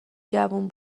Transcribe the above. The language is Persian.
جوون